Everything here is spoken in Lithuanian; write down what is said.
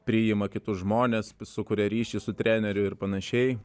priima kitus žmones sukuria ryšį su treneriu ir panašiai